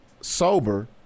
sober